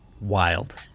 Wild